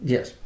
Yes